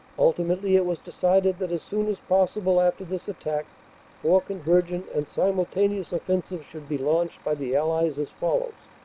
ultimately, it was decided that as soon as possible after this attack four con vergent and simultaneous offensives should be launched by the allies as follows